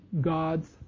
God's